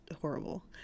horrible